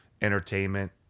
entertainment